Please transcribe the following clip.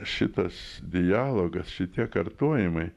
šitas dialogas šitie kartojimai